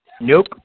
Nope